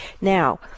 now